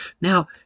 Now